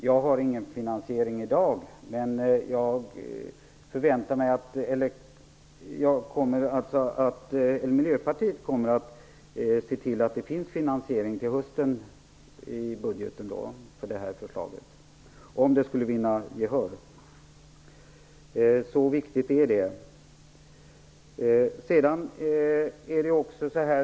Jag har ingen finansiering i dag, men Miljöpartiet kommer se till att det finns en finansiering av detta förslag i budgeten till hösten, om det skulle vinna gehör. Så viktigt är det.